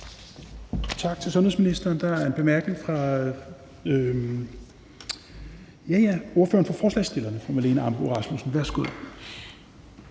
Tak til sundhedsministeren. Der er en bemærkning fra ordføreren for forslagsstillerne, fru Marlene Ambo-Rasmussen. Værsgo.